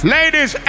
Ladies